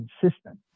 consistent